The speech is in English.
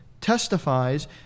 testifies